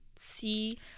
see